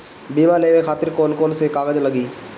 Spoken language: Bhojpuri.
बीमा लेवे खातिर कौन कौन से कागज लगी?